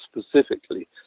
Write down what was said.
specifically